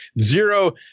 zero